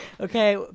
okay